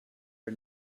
are